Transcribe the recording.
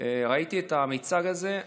את המיצג הזה,